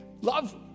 Love